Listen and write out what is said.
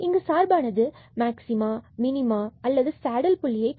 இங்கு சார்பானது maxima minima அல்லது சேடில் புள்ளியை கொண்டிருக்கும்